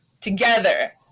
together